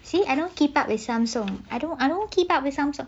see I don't keep up the samsung I don't I don't keep up with samsung